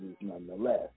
nonetheless